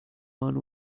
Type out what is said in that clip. one